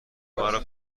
مرا